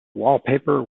wallpaper